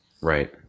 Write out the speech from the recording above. Right